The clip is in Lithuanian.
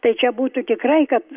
tai čia būtų tikrai kad